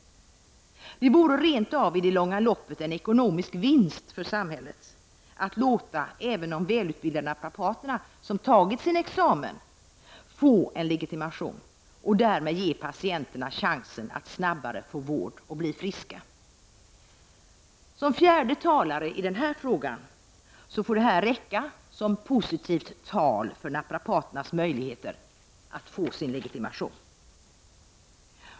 Det vore rent av i det långa loppet en ekonomisk vinst för samhället att låta även välutbildade naprapater, som tagit sin examen som Doctor av Naprapathy, få en legitimation och därmed ge patienterna chansen att snabbare få vård och bli friska. Som fjärde talare i denna fråga anser jag att detta får räcka som positivt tal för naprapaternas möjligheter att få legitimation.